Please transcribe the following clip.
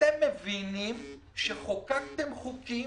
אתם מבינים שחוקקתם חוקים